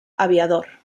aviador